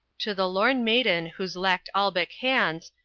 to the lorn maiden whose lact-albic hands,